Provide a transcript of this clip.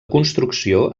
construcció